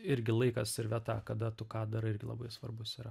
irgi laikas ir vieta kada tu ką darai irgi labai svarbus yra